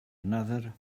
another